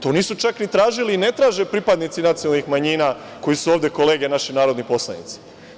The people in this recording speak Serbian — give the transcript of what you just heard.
To nisu čak ni tražili i ne traže pripadnici nacionalnih manjina koji su ovde kolege naši narodni poslanici.